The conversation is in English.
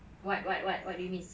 what what what what do you miss